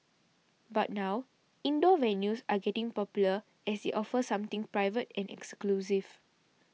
but now indoor venues are getting popular as they offer something private and exclusive